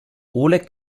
oleg